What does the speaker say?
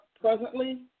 presently